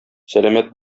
сәламәт